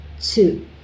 Two